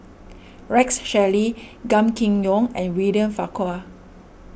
Rex Shelley Gan Kim Yong and William Farquhar